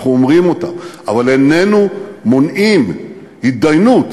אנחנו אומרים אותם, אבל איננו מונעים התדיינות.